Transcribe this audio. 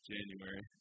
January